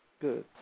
Good